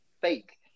fake